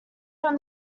from